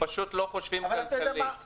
הם פשוט לא חושבים כלכלית,